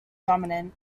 dominant